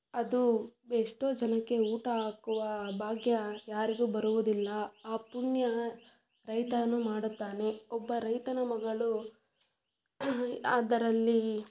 ಅದು ಎಷ್ಟೋ ಜನಕ್ಕೆ ಊಟ ಹಾಕುವ ಭಾಗ್ಯ ಯಾರಿಗೂ ಬರುವುದಿಲ್ಲ ಆ ಪುಣ್ಯ ರೈತನು ಮಾಡುತ್ತಾನೆ ಒಬ್ಬ ರೈತನ ಮಗಳು ಅದರಲ್ಲಿ